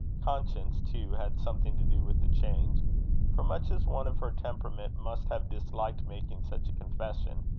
conscience, too, had something to do with the change for, much as one of her temperament must have disliked making such a confession,